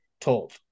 told